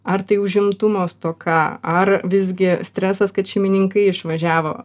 ar tai užimtumo stoka ar visgi stresas kad šeimininkai išvažiavo